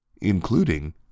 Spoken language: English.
including